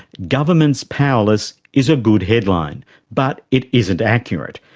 governments powerless is a good headline but it isn't accurate.